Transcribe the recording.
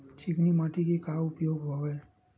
चिकनी माटी के का का उपयोग हवय?